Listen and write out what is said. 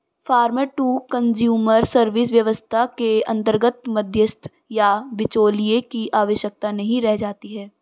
farmer to consumer service व्यवस्था के अंतर्गत मध्यस्थ या बिचौलिए की आवश्यकता नहीं रह जाती है